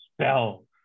spell